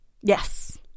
Yes